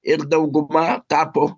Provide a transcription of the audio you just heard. ir dauguma tapo